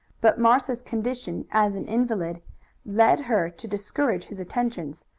but martha's condition as an invalid led her to discourage his attentions,